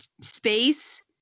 space